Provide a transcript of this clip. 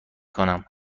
کنم